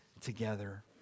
together